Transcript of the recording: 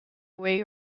away